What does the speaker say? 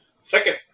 Second